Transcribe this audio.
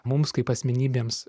mums kaip asmenybėms